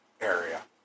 area